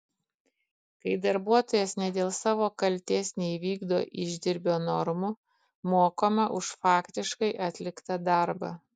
kai darbuotojas ne dėl savo kaltės neįvykdo išdirbio normų mokama už faktiškai atliktą darbą